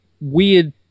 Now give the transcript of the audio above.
weird